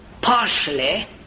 partially